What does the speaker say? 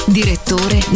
direttore